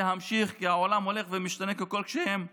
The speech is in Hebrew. כי העולם הולך ומשתנה ככל שהם גדלים.